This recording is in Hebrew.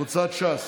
קבוצת סיעת ש"ס,